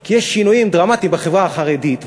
כי יש שינויים דרמטיים בחברה החרדית,